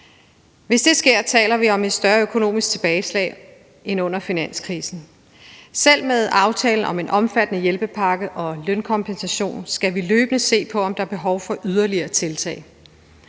Hvis det sker, taler vi om et større økonomisk tilbageslag end under finanskrisen. Selv med aftalen om en omfattende hjælpepakke og lønkompensation skal vi løbende se på, om der er behov for yderligere tiltag.